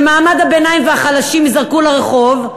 שמעמד הביניים והחלשים ייזרקו לרחוב,